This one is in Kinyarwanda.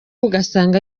ugasanga